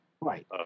right